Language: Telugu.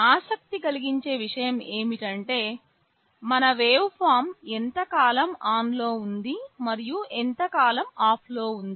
ఆసక్తి కలిగించే విషయం ఏమిటంటే మన వేవ్ఫార్మ్ ఎంతకాలం ఆన్లో ఉంది మరియు ఎంతకాలం ఆఫ్లో ఉంది